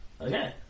Okay